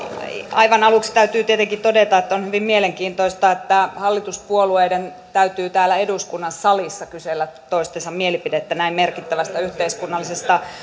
aivan aluksi täytyy tietenkin todeta että on hyvin mielenkiintoista että hallituspuolueiden täytyy täällä eduskunnan salissa kysellä toistensa mielipidettä näin merkittävästä yhteiskunnallisesta